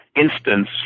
instance